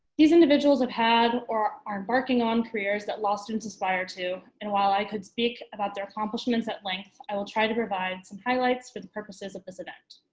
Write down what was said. these individuals have had or are embarking on careers that law students aspire to. and while i could speak about their accomplishments at length, i will try to provide some highlights for the purposes of this event.